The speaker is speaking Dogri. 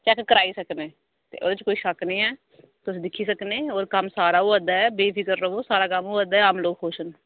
चैक कराई सकने ते ओह्दे च कोई शक नेईं ऐ तुस दिक्खी सकने और कम्म सारा होआ दा ऐ बेफिक्र र'वो कम्म सारा होआ दा ऐ आम लोक खुश न